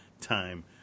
time